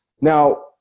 Now